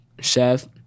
chef